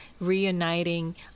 reuniting